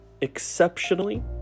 exceptionally